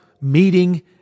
meeting